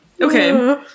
Okay